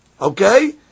Okay